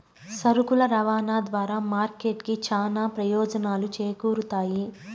సరుకుల రవాణా ద్వారా మార్కెట్ కి చానా ప్రయోజనాలు చేకూరుతాయి